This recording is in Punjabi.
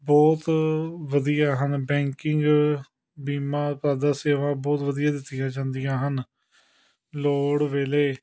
ਬਹੁਤ ਵਧੀਆ ਹਨ ਬੈਂਕਿੰਗ ਬੀਮਾ ਆਦਿ ਸੇਵਾ ਬਹੁਤ ਵਧੀਆ ਦਿੱਤੀਆਂ ਜਾਂਦੀਆਂ ਹਨ ਲੋੜ ਵੇਲੇ